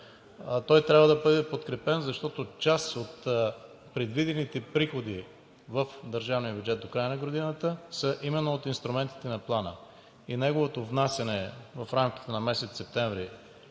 той трябва да бъде подкрепен, защото част от предвидените приходи в държавния бюджет до края на годината са именно от инструментите на Плана. Неговото внасяне в рамките на месец септември